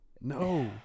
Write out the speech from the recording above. No